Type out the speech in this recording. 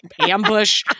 ambush